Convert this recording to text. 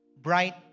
bright